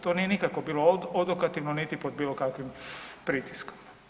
To nije nikako bilo odokativno niti pod bilokakvim pritiskom.